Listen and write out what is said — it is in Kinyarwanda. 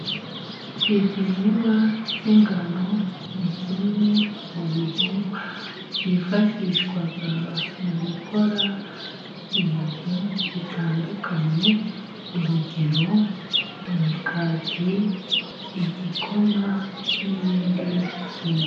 Igihingwa cy'ingano ni kimwe mu bihingwa byifashishwa mu gukora ibintu bitandukanye, urugero imigati, igikoma, n'ibindi byinshi.